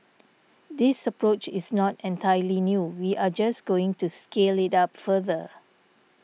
this approach is not entirely new we are just going to scale it up further